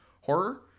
horror